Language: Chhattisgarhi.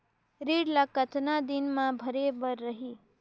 ऋण ला कतना दिन मा भरे बर रही?